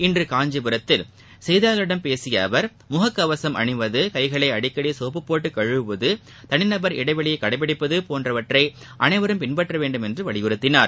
இன்று காஞ்சிபுரத்தில் செய்தியாளர்களிடம் பேசிய அவர் முகக்கவசம் அனிவது கைகளை அடிக்கடி சோப்பு போட்டு கழுவுவது தனிநபர் இடைவெளியை கடைபிடிப்பது போன்றவற்றை அனைவரும் பின்பற்றவேண்டும் என்று வலியுறுத்தினார்